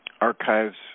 archives